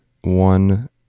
one